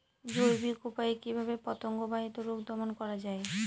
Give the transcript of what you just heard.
জৈবিক উপায়ে কিভাবে পতঙ্গ বাহিত রোগ দমন করা যায়?